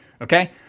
Okay